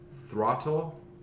Throttle